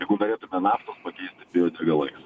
jeigu norėtume naftos pakeisti biodegalais